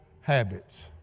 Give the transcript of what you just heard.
habits